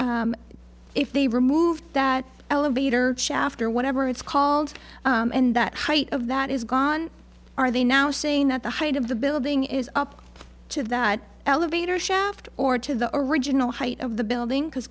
change if they removed that elevator shaft or whatever it's called and that height of that is gone are they now saying that the height of the building is up to that elevator shaft or to the original height of the building because